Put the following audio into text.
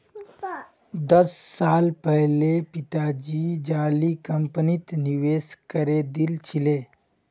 दस साल पहले पिताजी जाली कंपनीत निवेश करे दिल छिले